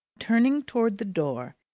turning towards the door,